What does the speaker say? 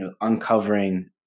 uncovering